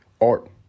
Art